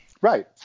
Right